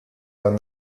are